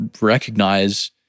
recognize